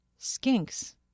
skinks